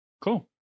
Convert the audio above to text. Cool